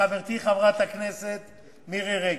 פעם נוספת, לחברתי חברת הכנסת מירי רגב,